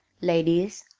ladies,